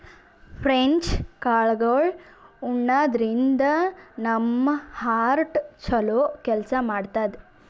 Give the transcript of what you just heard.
French ಕಾಳ್ಗಳ್ ಉಣಾದ್ರಿನ್ದ ನಮ್ ಹಾರ್ಟ್ ಛಲೋ ಕೆಲ್ಸ್ ಮಾಡ್ತದ್